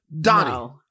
Donnie